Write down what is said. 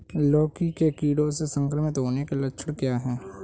लौकी के कीड़ों से संक्रमित होने के लक्षण क्या हैं?